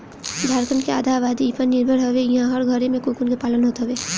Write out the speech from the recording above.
झारखण्ड के आधा आबादी इ पर निर्भर हवे इहां हर घरे में कोकून के पालन होत हवे